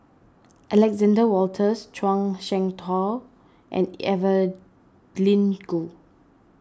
Alexander Wolters Zhuang Shengtao and Evelyn Goh